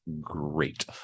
great